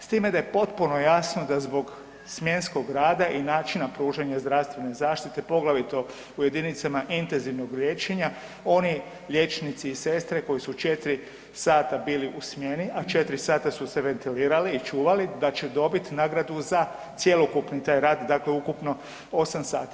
S time da je potpuno jasno da zbog smjenskog rada i načina pružanja zdravstvene zaštite poglavito u jedinicama intenzivnog liječenja, oni liječnici i sestre koji su 4 sata bili u smjeni a 4 sata su se ventilirali i čuvali, da će dobiti nagradu za cjelokupni taj rad, dakle ukupno 8 sati.